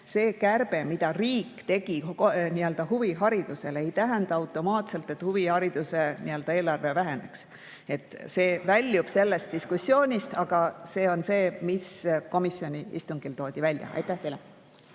See kärbe, mille riik tegi huvihariduses, ei tähenda automaatselt, et huvihariduse nii-öelda eelarve väheneks. See väljub sellest diskussioonist, aga see on see, mis komisjoni istungil toodi välja. Aitäh teile